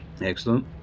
Excellent